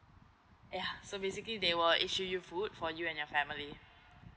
ya so basically they will issue you food for you and your family